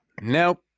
Nope